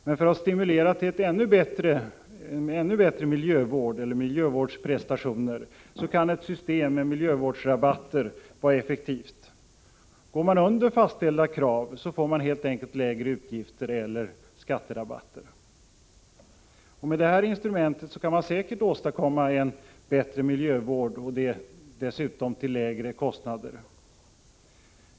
Men för att stimulera till ännu bättre miljövårdsprestationer kan ett system med miljövårdsrabatter vara effektivt. Går man under fastställda krav får man helt enkelt lägre utgifter eller skatterabatter. Med detta instrument kan man säkert åstadkomma en bättre miljövård till lägre kostnader.